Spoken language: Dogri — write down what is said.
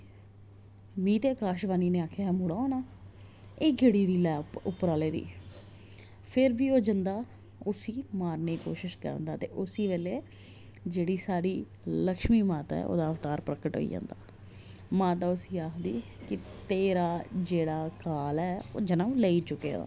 मि ते आकाशवाणी ने आखेआ हा मुड़ा होना एह् केह्ड़ी लीला ऐ उप्पर आह्ले दी फिर बी ओह् जंदा ते उसी मारने दी कोशिश करदा ते उसी बेल्लै जेह्ड़ी साढ़ी लक्षमी माता ऐ ओह्दा अवतार प्रकट होई जंदा माता उसी आखदी कि तेरा जेह्ड़ा काल ऐ ओह् जन्म लेई चुके दा